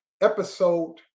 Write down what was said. episode